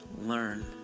learn